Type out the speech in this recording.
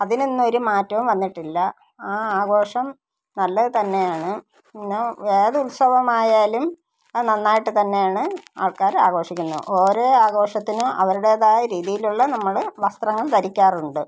അതിനൊന്നൊരു മാറ്റവും വന്നിട്ടില്ല ആ ആഘോഷം നല്ലത് തന്നെയാണ് പിന്നെ ഏത് ഉത്സവമായാലും അത് നന്നായിട്ട് തന്നെയാണ് ആൾക്കാർ ആഘോഷിക്കുന്നു ഓരോ ആഘോഷത്തിനും അവരുടേതായ രീതിയിലുള്ള നമ്മൾ വസ്ത്രങ്ങൾ ധരിക്കാറുണ്ട്